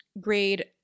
grade